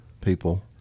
people